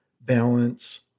balance